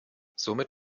somit